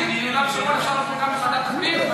ביהודה ושומרון אפשר לדון גם בוועדת הפנים.